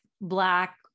Black